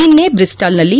ನಿನ್ನೆ ಬ್ರಿಸ್ಲಾಲ್ನಲ್ಲಿ